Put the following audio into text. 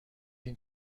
این